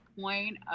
point